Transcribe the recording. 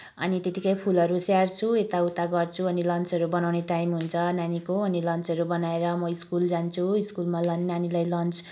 अनि त्यतिकै फुलहरू स्याहार्छु यता उता गर्छु अनि लन्चहरू बनाउने टाइम हुन्छ नानीको अनि लन्चहरू बनाएर म स्कुल जान्छु स्कुलमा नानीलाई लन्च